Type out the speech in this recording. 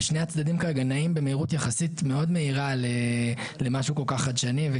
ושני הצדדים כרגע נעים במהירות יחסית מאוד מהירה למשהו כל כך חדשני.